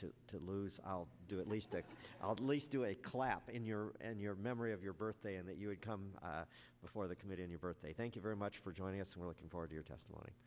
to lose i'll do at least at least do a clapping your and your memory of your birthday and that you would come before the committee on your birthday thank you very much for joining us we're looking forward your testimony